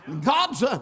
God's